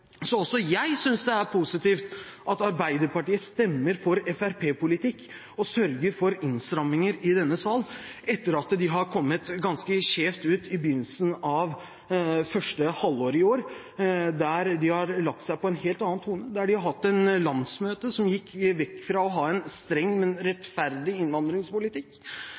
Så også jeg synes det er positivt at Arbeiderpartiet stemmer for fremskrittspartipolitikk og sørger for innstramninger i denne sal, etter at de kom ganske skjevt ut i begynnelsen av første halvår i år, og har lagt seg på en helt annen linje, der de har hatt et landsmøte som gikk vekk fra å ha en streng, men rettferdig innvandringspolitikk,